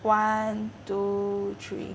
one two three